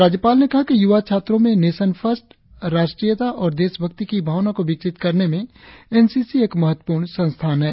राज्यपाल ने कहा कि युवा छात्रों में नेशन फर्स्ट राष्ट्रीयता और देशभक्ति की भावना को विकसित करने में एन सी सी एक महत्वपूर्ण संस्थान है